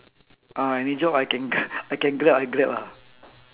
ah any job I can I can grab I grab ah